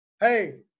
Hey